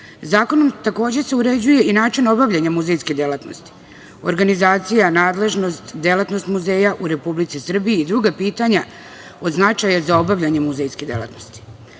način. Zakonom takođe se uređuje i način obavljanja muzejske delatnosti, organizacija, nadležnost, delatnost muzeja u Republici Srbiji i druga pitanja od značaja za obavljanje muzejske delatnosti. Dolazim